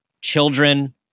children